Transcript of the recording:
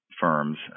firms